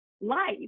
life